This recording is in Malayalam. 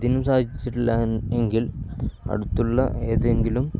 ഇതിനും സാധിച്ചിട്ടില്ല എങ്കിൽ അടുത്തുള്ള ഏതെങ്കിലും